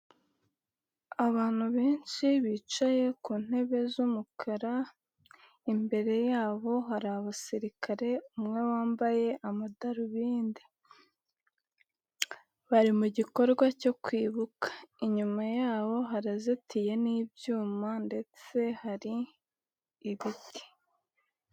Abantu benshi bicaye ku ntebe z'umukara imbere yabo hari abasirikare wambaye amadarubindi, bari mu gikorwa cyo kwibuka inyuma yabo harazitiye n'ibyuma ndetse hari ibiti.